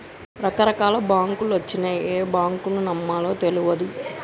రకరకాల బాంకులొచ్చినయ్, ఏ బాంకును నమ్మాలో తెల్వదు